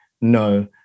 no